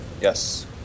Yes